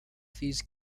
these